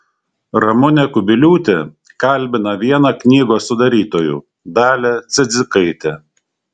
ramunė kubiliūtė kalbina vieną knygos sudarytojų dalią cidzikaitę